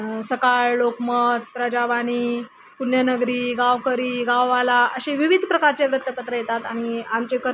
पण त्याचं जी खरी माहिती आहे ती खरी माहिती जनतेसमोर जात नाही जसं की एखादी बोअरवेलमध्ये मुलगा पडला आहे